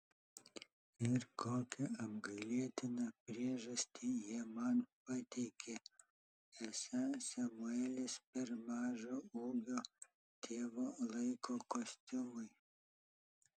ir kokią apgailėtiną priežastį jie man pateikė esą samuelis per mažo ūgio tėvo laiko kostiumui